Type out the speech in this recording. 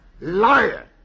Liar